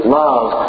love